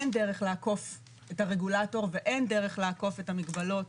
אין דרך לעקוף את הרגולטור ואין דרך לעקוף את המגבלות,